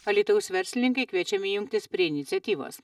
alytaus verslininkai kviečiami jungtis prie iniciatyvos